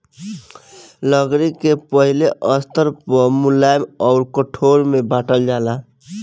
लकड़ी के पहिले स्तर पअ मुलायम अउर कठोर में बांटल जाला